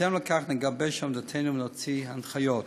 בהתאם לכך נגבש את עמדתנו ונוציא הנחיות.